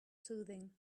soothing